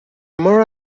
more